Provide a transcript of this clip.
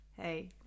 hey